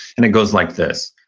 and it goes like this.